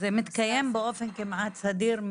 הנושא של הטרדות ופגיעות מיניות נדון באופן כמעט סדיר,